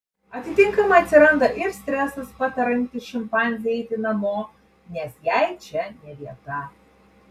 atitinkamai atsiranda ir stresas patariantis šimpanzei eiti namo nes jai čia ne vieta